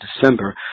December